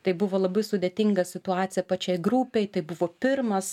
tai buvo labai sudėtinga situacija pačiai grupei tai buvo pirmas